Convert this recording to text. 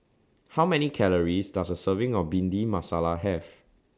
How Many Calories Does A Serving of Bhindi Masala Have